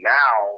now